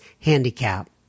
handicap